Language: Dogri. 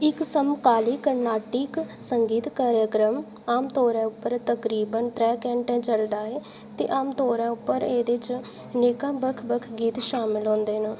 इक समकाली कर्नाटिक संगीत कारजक्रम आमतौरै उप्पर तकरीबन त्रै घैंटे चलदा ऐ ते आमतौरै उप्पर एह्दे च नेकां बक्ख बक्ख गीत शामल होंदे न